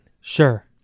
Sure